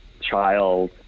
child